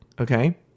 okay